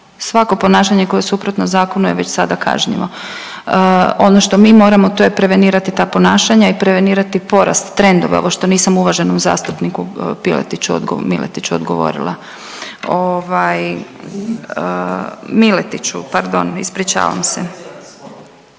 svako ponašanje koje je suprotno zakonu je već sada kažnjivo. Ono što mi moramo to je prevenirati ta ponašanja i prevenirati porast trendova, ovo što nisam uvaženom zastupniku Piletiću, Miletiću odgovorila. Miletiću pardon ispričavam se.